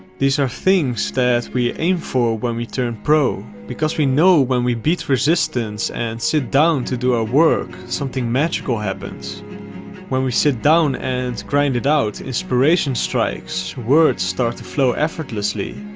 these are things that we aim for when we turn pro because we know when we beat resistance and sit down to do our work something magical happens when we sit down and grind it out inspiration strikes words start flow effortlessly?